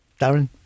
Darren